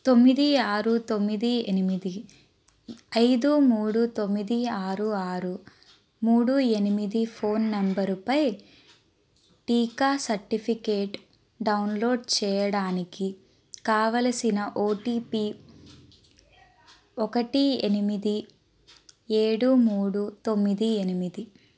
తొమ్మిది ఆరు తొమ్మిది ఎనిమిది ఐదు మూడు తొమ్మిది ఆరు ఆరు మూడు ఎనిమిది ఫోన్ నంబరుపై టీకా సర్టిఫికేట్ డౌన్లోడ్ చేయడానికి కావలసిన ఓటిపి ఒకటి ఎనిమిది ఏడు మూడు తొమ్మిది ఎనిమిది